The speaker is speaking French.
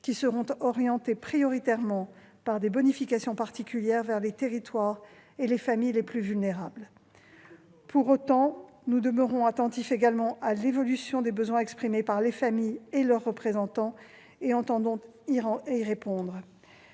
qui seront orientées prioritairement, par des bonifications particulières, vers les territoires et les familles les plus vulnérables. Et les communes rurales ? Pour autant, nous demeurons également attentifs à l'évolution des besoins exprimés par les familles et leurs représentants, et entendons y répondre.